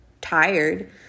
tired